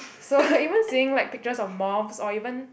so even seeing like pictures of moths or even